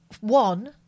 one